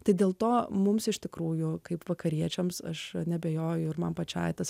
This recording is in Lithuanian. tai dėl to mums iš tikrųjų kaip vakariečiams aš neabejoju ir man pačiai tas